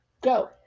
go